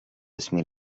اسمي